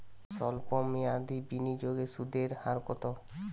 সল্প মেয়াদি বিনিয়োগে সুদের হার কত?